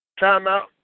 Timeout